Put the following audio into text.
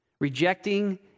Rejecting